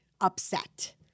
upset